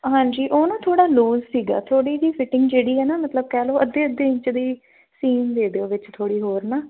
ਹਾਂਜੀ ਉਹ ਨਾ ਥੋੜ੍ਹਾ ਲੂਜ਼ ਸੀਗਾ ਥੋੜ੍ਹੀ ਜਿਹੀ ਫੀਟਿੰਗ ਜਿਹੜੀ ਹੈ ਨਾ ਮਤਲਬ ਕਹਿ ਲਉ ਅੱਧੇ ਅੱਧੇ ਇੰਚ ਦੀ ਸੀਨ ਦੇ ਦਿਓ ਵਿੱਚ ਥੋੜ੍ਹੀ ਹੋਰ ਨਾ